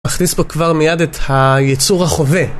נכניס פה כבר מיד את היצור החווה